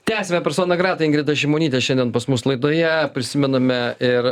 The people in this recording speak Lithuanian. tęsiame persona grata ingrida šimonytė šiandien pas mus laidoje prisimename ir